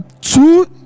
two